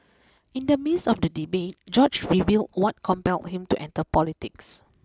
in the midst of the debate George revealed what compelled him to enter politics